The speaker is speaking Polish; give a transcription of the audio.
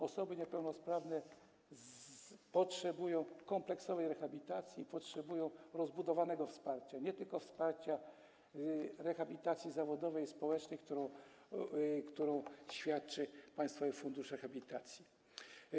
Osoby niepełnosprawne potrzebują kompleksowej rehabilitacji, potrzebują rozbudowanego wsparcia, a nie tylko wsparcia rehabilitacji zawodowej i społecznej, którą świadczy państwowy fundusz rehabilitacji.